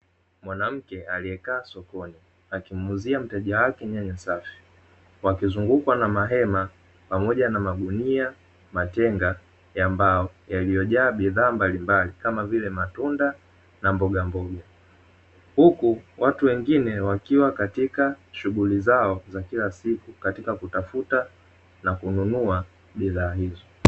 Mwanamke aliyekaa sokoni akimuuzia mteja wake nyanya safi, wakizungukwa na mahema pamoja na magunia matenga ya mbao yaliyojaa bidhaa mbalimbali kama vile matunda na mbogamboga. Huku watu wengine wakiwa katika shughuli zao za kila siku katika kutafuta na kununua bidhaa hizo.